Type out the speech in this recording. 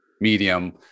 medium